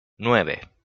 nueve